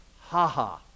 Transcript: Haha